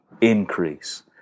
increase